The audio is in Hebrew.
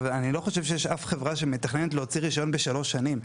אני לא חושב שיש אף חברה שמתכננת להוציא רישיון בשלוש שנים,